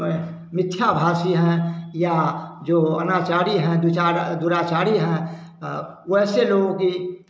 मिथ्याभाषी हैं या जो अनाचार्य हैं विचार दुराचारी हैं वैसे लोगों की